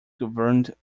governed